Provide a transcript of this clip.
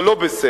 זה לא בסדר,